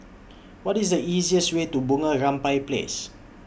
What IS The easiest Way to Bunga Rampai Place